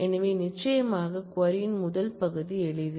எனவே நிச்சயமாக க்வரி ன் முதல் பகுதி எளிது